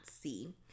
see